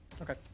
Okay